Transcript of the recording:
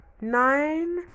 nine